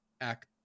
Act